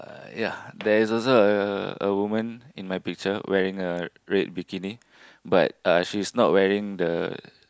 ya there is also a a woman in my picture wearing a red bikini but uh she's not wearing the